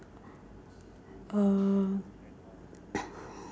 uh